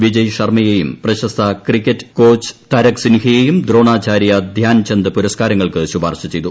വിജയ്ശർമ്മയെയും പ്രശസ്ത cricket coach Tarak സിൻഹയെയും ദ്രോണാചാര്യ ധ്യാൻചന്ദ് പുരസ്കാരങ്ങൾക്ക് ശുപാർശ ചെയ്തു